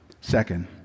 Second